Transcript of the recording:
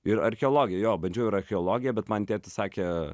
ir archeologija jo bandžiau ir archeologiją bet man tėtis sakė